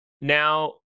Now